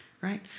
right